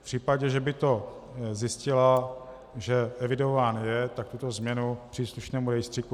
V případě, že by to zjistila, že evidován je, tak tuto změnu příslušnému rejstříku nahlásí.